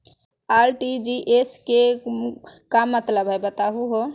RTGS के का मतलब हई, बताहु हो?